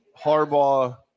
Harbaugh